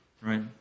right